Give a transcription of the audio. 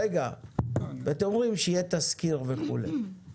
ואתם אומרים שיהיה תזכיר וכו'.